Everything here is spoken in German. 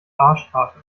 arschkarte